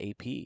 AP